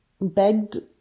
begged